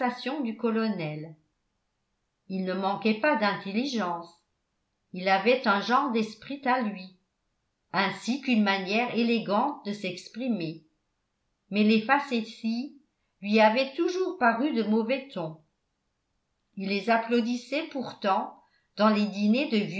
du colonel il ne manquait pas d'intelligence il avait un genre d'esprit à lui ainsi qu'une manière élégante de s'exprimer mais les facéties lui avaient toujours paru de mauvais ton il les applaudissait pourtant dans les dîners de